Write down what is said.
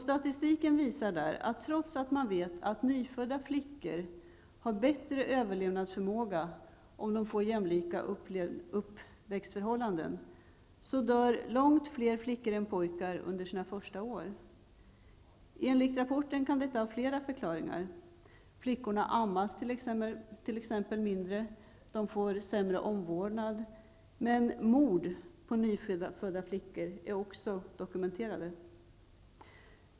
Statistiken visar att trots att man vet att nyfödda flickor har bättre överlevnadsförmåga, dör långt fler flickor än pojkar under sina första år, om de lever under jämlika uppväxtförhållanden. Enligt rapporten kan detta ha flera förklaringar. Flickorna ammas t.ex. mindre och får sämre omvårdnad, men också mord på nyfödda flickor finns dokumenterade.